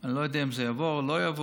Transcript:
אני לא יודע אם זה יעבור או לא יעבור.